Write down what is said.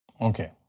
Okay